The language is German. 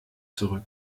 zurück